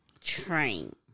train